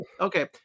okay